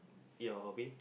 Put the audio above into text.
your hobby